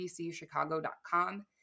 NBCChicago.com